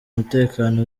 umutekano